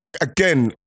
again